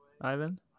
Ivan